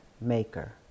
maker